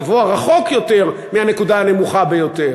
רחוק יותר מהנקודה הנמוכה ביותר.